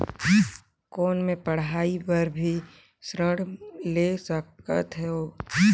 कौन मै पढ़ाई बर भी ऋण ले सकत हो?